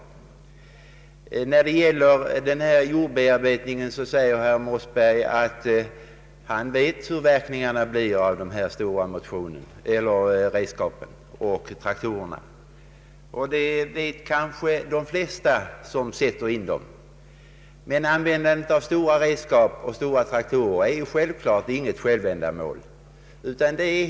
När det gäller jordbearbetningen säger herr Mossberger att han vet hur verkningarna blir av dessa stora redskap, traktorer bland annat, och det vet kanske de flesta som sätter in sådana maskiner. Men användandet av stora redskap och tunga traktorer är givetvis inget självändamål.